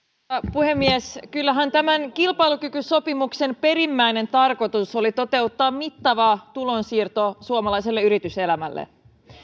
puhemies kyllähän tämän kilpailukykysopimuksen perimmäinen tarkoitus oli toteuttaa mittava tulonsiirto suomalaiselle yrityselämälle